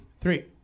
Three